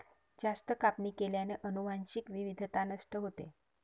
जास्त कापणी केल्याने अनुवांशिक विविधता नष्ट होते